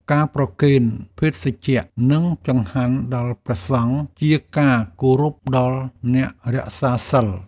ការប្រគេនភេសជ្ជៈ និងចង្ហាន់ដល់ព្រះសង្ឃ ជាការគោរពដល់អ្នករក្សាសីល។